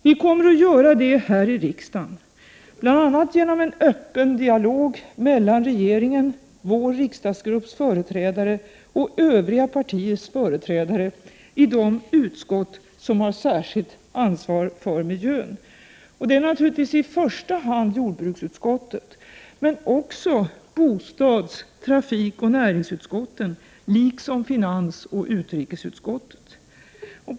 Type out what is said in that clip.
Vi kommer att göra det här i riksdagen, bl.a. genom en öppen dialog mellan regeringen, vår riksdagsgrupps företrädare och övriga partiers företrädare i de utskott som har särskilt ansvar för miljön. Det är naturligtvis i första hand jordbruksutskottet men också bostads-, trafikoch näringsutskotten, liksom finansoch utrikesutskotten.